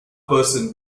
person